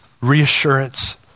reassurance